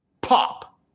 pop